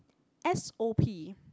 s_o_p